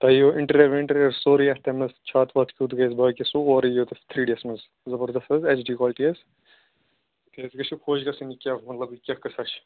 تۄہہِ یِیو اِںٹیٖریَر وِنٹیٖریَر حظ سورٕے اَتھِ تمۍ منٛز چھت وَوت کھیٚتھ گژھِ باقٕے سورٕے یِیو تۄہہِ تھرٛی ڈی یَس منٛز زَبردَس حظ ایچ ڈی کالٹی حظ کیٛاز یہِ گژھیو خۄش گژھٕنۍ یہِ کیٛاہ مطلب یہِ کیٛاہ قٕصہ چھِ